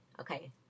okay